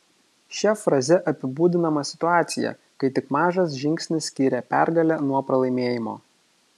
šia fraze apibūdinama situacija kai tik mažas žingsnis skiria pergalę nuo pralaimėjimo